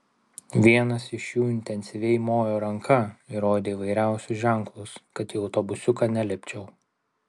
vienas iš jų intensyviai mojo ranka ir rodė įvairiausius ženklus kad į autobusiuką nelipčiau